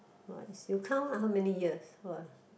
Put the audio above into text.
!wah! is you count lah how many years !wah!